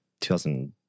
2000